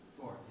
Four